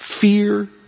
fear